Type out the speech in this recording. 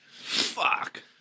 Fuck